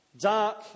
Dark